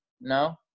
No